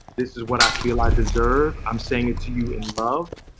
this is what i feel i deserve, i'm saying it to you in love.